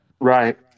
Right